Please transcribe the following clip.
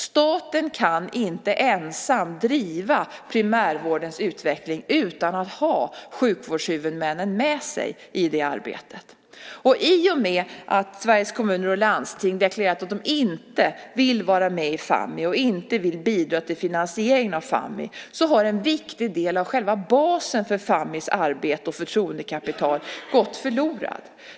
Staten kan inte ensam driva primärvårdens utveckling utan att ha sjukvårdshuvudmännen med sig i det arbetet. I och med att Sveriges kommuner och landsting deklarerat att de inte vill vara med i Fammi och inte vill bidra till finansieringen av Fammi har en viktig del av själva basen för Fammis arbete och förtroendekapital gått förlorad.